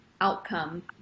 outcome